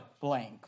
blank